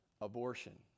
abortion